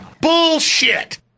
Bullshit